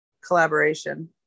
collaboration